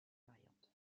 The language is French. variante